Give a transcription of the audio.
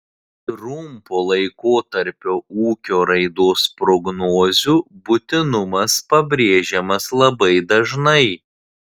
trumpo laikotarpio ūkio raidos prognozių būtinumas pabrėžiamas labai dažnai